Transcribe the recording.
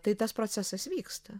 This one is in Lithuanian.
tai tas procesas vyksta